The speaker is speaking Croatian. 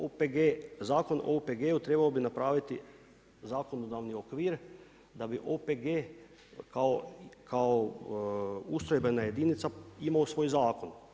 OPG, Zakon o OPG-u trebao bi napraviti zakonodavni okvir, da bi OPG kao ustrojbena jedinica imao svoj zakon.